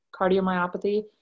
cardiomyopathy